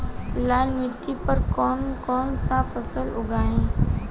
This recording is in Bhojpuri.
लाल मिट्टी पर कौन कौनसा फसल उगाई?